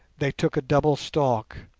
they took a double stalk.